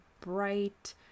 bright